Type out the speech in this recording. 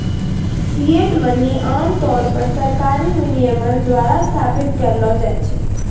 fiat money आम तौर पर सरकारी विनियमन द्वारा स्थापित करलो जाय छै